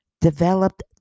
developed